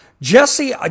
Jesse